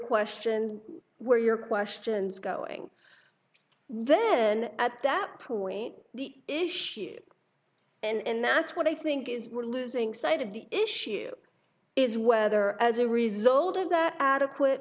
questions where your question's going then at that point the issue and that's what i think is we're losing sight of the issue is whether as a result of that adequate